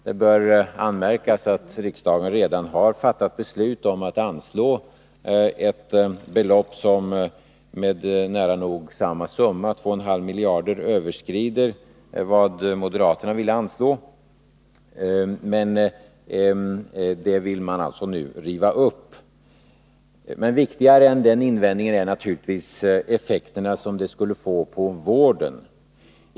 Det bör anmärkas att riksdagen redan har fattat beslut om att anslå ett belopp som med nära nog samma summa, 2,5 miljarder, överskrider det moderaterna vill anslå. Men det beslutet vill man alltså nu riva upp. Viktigare än den invändningen är naturligtvis de effekter som ett sådant förfarande skulle få på vården.